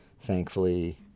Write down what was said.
Thankfully